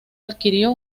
adquirió